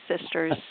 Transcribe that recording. sisters